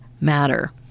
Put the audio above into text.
matter